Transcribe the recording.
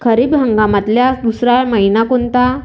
खरीप हंगामातला दुसरा मइना कोनता?